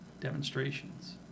demonstrations